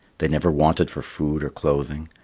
they never wanted for food or clothing.